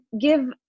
give